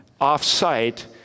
off-site